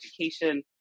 education